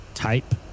Type